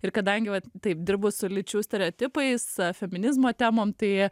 ir kadangi vat taip dirbu su lyčių stereotipais feminizmo temom tai